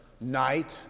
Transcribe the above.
night